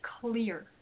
clear